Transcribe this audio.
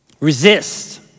resist